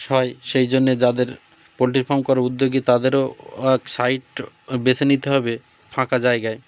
হয় সেই জন্যে যাদের পোলট্রির ফার্ম করার উদ্যোগী তাদেরও এক সাইট বেছে নিতে হবে ফাঁকা জায়গায়